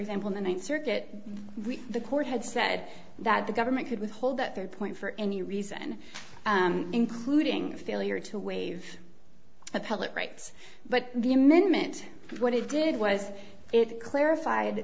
example the ninth circuit the court had said that the government could withhold that third point for any reason including failure to waive a public rights but the amendment what it did was it clarified